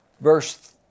Verse